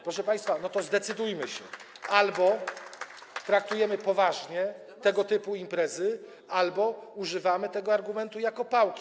Proszę państwa, to zdecydujmy się, albo traktujemy poważnie tego typu imprezy, albo używamy tego argumentu jako pałki.